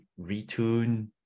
retune